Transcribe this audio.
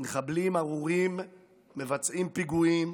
מחבלים ארורים מבצעים פיגועים